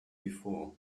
before